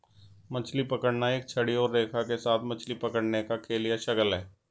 मछली पकड़ना एक छड़ी और रेखा के साथ मछली पकड़ने का खेल या शगल है